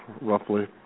roughly